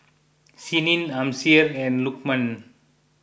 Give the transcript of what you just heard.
Senin Amsyar and Lukman